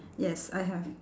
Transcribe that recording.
yes I have